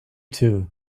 too